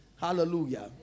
Hallelujah